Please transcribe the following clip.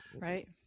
right